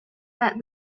that